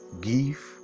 give